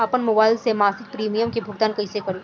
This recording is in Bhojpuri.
आपन मोबाइल से मसिक प्रिमियम के भुगतान कइसे करि?